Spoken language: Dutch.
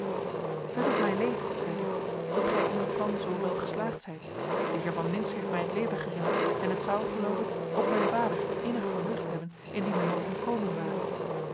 het doet mij leed zeide ik dat gij in uw plan zoo wel geslaagd zijt de heer van lintz heeft mij het leven gered en het zou geloof ik ook mijn vader innig verheugd hebben indien de man ontkomen ware